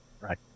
Right